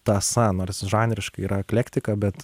tąsa nors žanriškai yra eklektika bet